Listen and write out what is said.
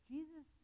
Jesus